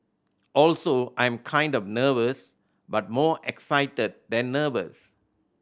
also I'm kind of nervous but more excited than nervous